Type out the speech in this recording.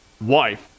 wife